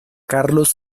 carlos